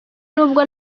n’ubwo